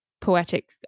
poetic